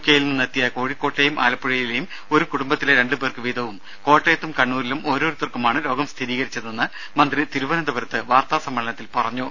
കെയിൽ നിന്ന് എത്തിയ കോഴിക്കോട്ടെയും ആലപ്പുഴയിലെയും ഒരു കുടുംബത്തിലെ രണ്ടുപേർക്ക് വീതവും കോട്ടയത്തും കണ്ണൂരിലും ഓരോരുത്തർക്കുമാണ് രോഗം സ്ഥിരീകരിച്ചതെന്ന് മന്ത്രി തിരുവനന്തപുരത്ത് വാർത്താ സമ്മേളനത്തിൽ പറഞ്ഞു